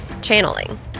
channeling